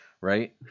right